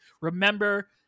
remember